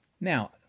Now